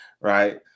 right